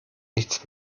nichts